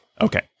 Okay